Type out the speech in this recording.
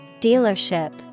Dealership